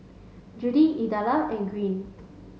Judy Idella and Greene